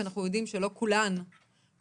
כי אנחנו יודעים שלא כולן הולכות